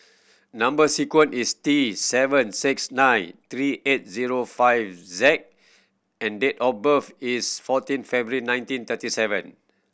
number sequence is T seven six nine three eight zero five Z and date of birth is fourteen February nineteen thirty seven